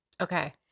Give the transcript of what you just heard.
Okay